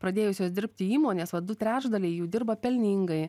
pradėjusios dirbti įmonės va du trečdaliai jų dirba pelningai